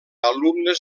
alumnes